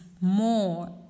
more